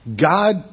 God